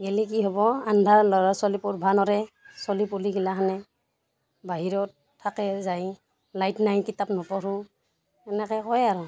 গেলি কি হ'ব আন্ধাৰ ল'ৰা ছোৱালী পঢ়ভা নোৰে চলি পলিগিলাখনে বাহিৰত থাকে যায় লাইট নাই কিতাপ নপঢ়োঁ এনেকৈ কয় আৰু